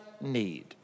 need